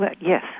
Yes